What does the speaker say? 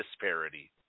disparity